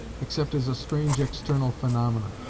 except as a strange external phenomena,